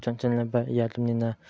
ꯆꯪꯁꯤꯟꯅꯕ ꯌꯥꯗ꯭ꯔꯕꯅꯤꯅ